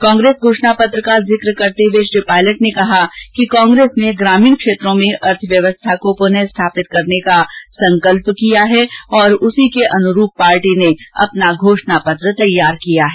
कांग्रेस घोषणा पत्र का जिक करते हुए श्री पायलट ने कहा कि कांग्रेस ने ग्रामीण क्षेत्रों में अर्थव्यवस्था को प्रनः स्थापित करने का संकल्प किया है और उसी के अनुरूप पार्टी ने घोषणा पत्र तैयार किया है